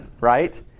right